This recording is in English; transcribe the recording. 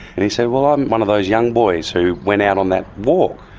and he said, well, i'm one of those young boys who went out on that walk.